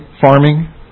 farming